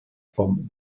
from